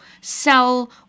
sell